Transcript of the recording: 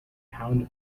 pound